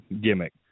gimmick